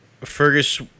Fergus